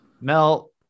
Mel